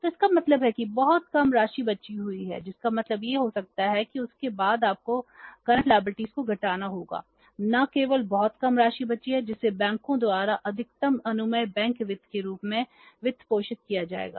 तो इसका मतलब है कि बहुत कम राशि बची हुई है जिसका मतलब यह हो सकता है कि उसके बाद आपको वर्तमान देनदारियों को घटाना होगा न केवल बहुत कम राशि बची है जिसे बैंकों द्वारा अधिकतम अनुमेय बैंक वित्त के रूप में वित्त पोषित किया जाएगा